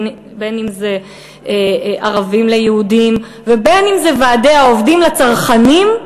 בין שזה ערבים ויהודים ובין שזה ועדי העובדים וצרכנים,